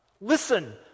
Listen